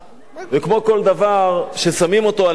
וכמו כל דבר ששמים אותו על האש,